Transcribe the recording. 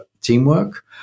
teamwork